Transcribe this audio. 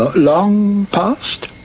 ah long past?